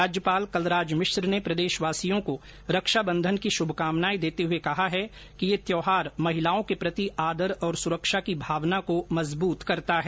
राज्यपाल कलराज मिश्र ने प्रदेशवासियों को रक्षा बंधन की शुभकामनाएं देते हुए कहा कि ये त्यौहार महिलाओं के प्रति आदर और सुरक्षा की भावना को मजबूत करता है